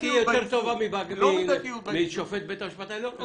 אתה רוצה שהיא תהיה יותר טובה משופט בית המשפט העליון?